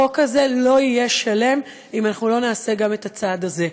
החוק הזה לא יהיה שלם אם אנחנו לא נעשה גם את הצעד הזה.